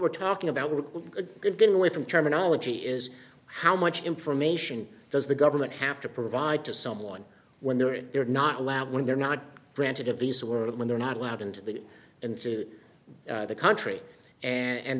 we're talking about we're going away from terminology is how much information does the government have to provide to someone when they're in they're not allowed when they're not granted of these sort of when they're not allowed into the into the country and